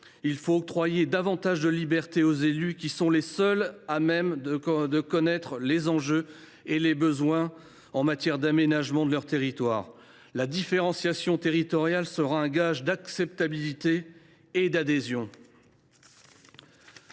Il faut octroyer davantage de libertés aux élus, seuls à même de connaître les enjeux et les besoins en termes d’aménagement de leurs territoires. La différenciation territoriale sera un gage d’acceptabilité et d’adhésion.